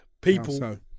People